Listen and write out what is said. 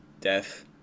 death